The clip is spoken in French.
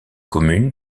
commune